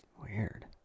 weird